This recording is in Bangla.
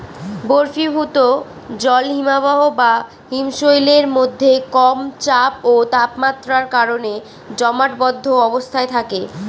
বরফীভূত জল হিমবাহ বা হিমশৈলের মধ্যে কম চাপ ও তাপমাত্রার কারণে জমাটবদ্ধ অবস্থায় থাকে